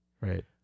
right